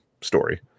story